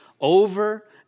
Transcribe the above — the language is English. Over